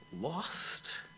lost